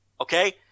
Okay